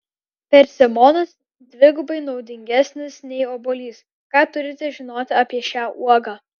persimonas dvigubai naudingesnis nei obuolys ką turite žinoti apie šią uogą